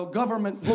government